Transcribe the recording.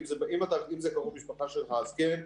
אם זה קרוב משפחה שלך אז כן.